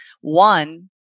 one